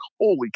holy